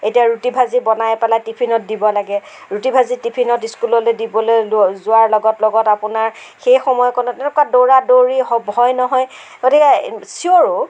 এতিয়া ৰুটি ভাজি বনাই পেলাই টিফিনত দিব লাগে ৰুটি ভাজি টিফিনত স্কুললৈ দিবলৈ যোৱাৰ লগত লগত আপোনাৰ সেই সময়কণত এনেকুৱা দৌৰা দৌৰি হয় নহয় গতিকে চিঞৰো